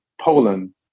Poland